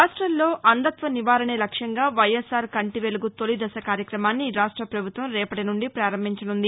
రాష్టంలో అంధత్వ నివారణే లక్ష్యంగా వైఎస్సార్ కంటి వెలుగు తొలి దశ కార్యక్రమాన్ని రాష్ట పభుత్వం రేపటి నుండి పారంభించనుంది